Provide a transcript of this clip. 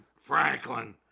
Franklin